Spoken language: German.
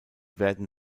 werden